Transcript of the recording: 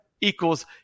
equals